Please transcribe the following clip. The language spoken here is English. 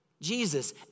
Jesus